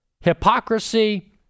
hypocrisy